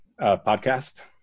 podcast